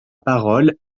parole